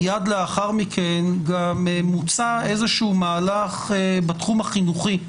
מיד לאחר מכן גם מוצע איזשהו מהלך בתחום החינוכי,